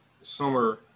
summer